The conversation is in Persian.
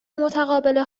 متقابل